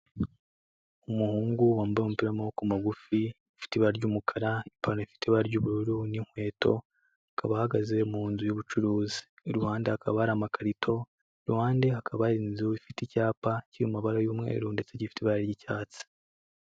Umuhungu wambaye umupira w'amaboko magufi, ufite ibara ry'umukara ipantaro ifite ibara ry'ubururu n'inkweto, akaba ahagaze mu nzu y'ubucuruzi i ruhande hakaba hari amakarito, ahandi hakaba ari inzu ifite icyapa cy'amabara y'umweru ndetse gifite ibara ry'icyatsi.